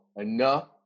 enough